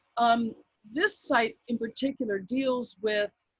um this site in particular deals with